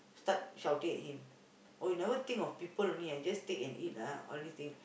start shouting at him oh you never think of people only [ah]you just take and eat ah all this thing